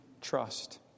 trust